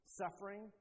suffering